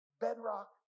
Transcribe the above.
bedrock